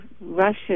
Russia